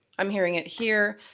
i'm hearing it here,